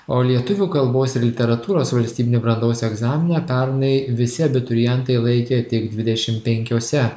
o lietuvių kalbos ir literatūros valstybinį brandos egzaminą pernai visi abiturientai laikė tik dvidešimt penkiose